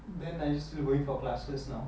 then are you still going for classes now